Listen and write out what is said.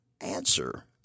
answer